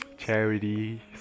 Charity